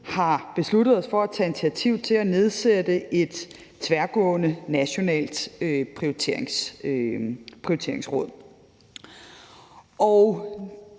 har besluttet os for at tage initiativ til at nedsætte et tværgående nationalt prioriteringsråd.